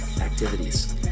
activities